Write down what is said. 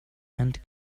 and